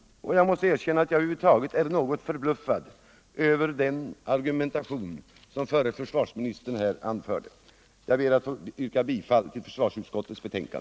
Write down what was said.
Över huvud taget är jag något förbluffad över den argumentation som förre försvarsministern förde. Jag ber att få yrka bifall till utskottets hemställan.